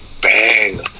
bang